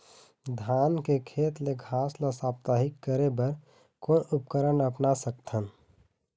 धान के खेत ले घास ला साप्ताहिक करे बर कोन उपकरण ला अपना सकथन?